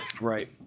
Right